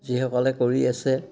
যিসকলে কৰি আছে